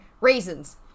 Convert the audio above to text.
Raisins